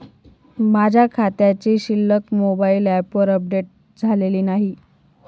माझ्या खात्याची शिल्लक मोबाइल ॲपवर अपडेट झालेली नाही